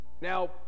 Now